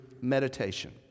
meditation